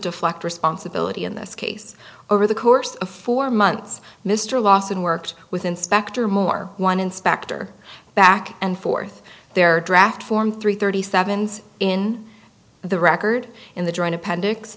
deflect responsibility in this case over the course of four months mr lawson worked with inspector moore one inspector back and forth their draft form three thirty seven's in the record in the joint appendix